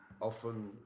Often